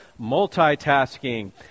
multitasking